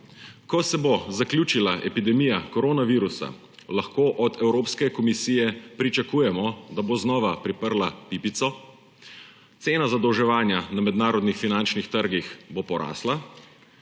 ko se bo zaključila epidemija koronavirusa, lahko od Evropske komisije pričakujemo, da bo znova priprla pipico, cena zadolževanja na mednarodnih finančnih trgih bo porasla,